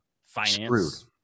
Finance